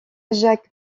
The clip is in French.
jacques